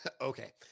Okay